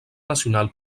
nacional